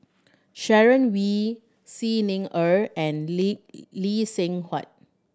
Sharon Wee Xi Ni Er and Lee Lee Seng Huat